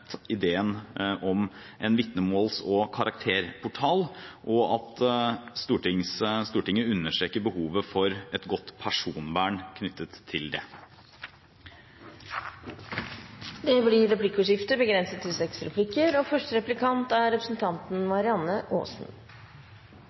ideen om en vitnemåls- og karakterportal, og at Stortinget understreker behovet for et godt personvern knyttet til det. Det blir replikkordskifte. I løpet av denne debatten er